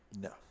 No